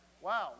Wow